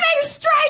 straight